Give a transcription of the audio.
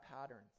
patterns